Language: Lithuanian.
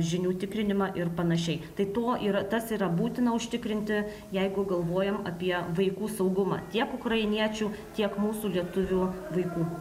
žinių tikrinimą ir panašiai tai to yra tas yra būtina užtikrinti jeigu galvojam apie vaikų saugumą tiek ukrainiečių tiek mūsų lietuvių vaikų